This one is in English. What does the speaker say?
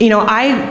you know i